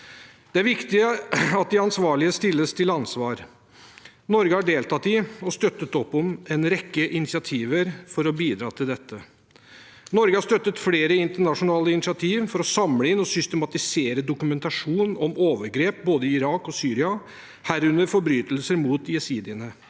Det er viktig at de ansvarlige stilles til ansvar. Norge har deltatt i og støttet opp om en rekke initiativ for å bidra til dette. Norge har støttet flere internasjonale initiativ for å samle inn og systematisere dokumentasjon om overgrep i både Irak og Syria, herunder forbrytelser mot jesidiene.